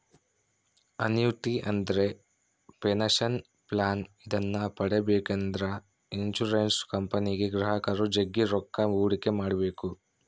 annuity ಅಂದ್ರೆ pension plan ಇದನ್ನ ಪಡೆಬೇಕೆಂದ್ರ ಇನ್ಶುರೆನ್ಸ್ ಕಂಪನಿಗೆ ಗ್ರಾಹಕರು ಜಗ್ಗಿ ರೊಕ್ಕ ಹೂಡಿಕೆ ಮಾಡ್ಬೇಕು